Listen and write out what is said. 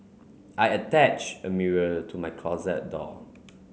I attached a mirror to my closet door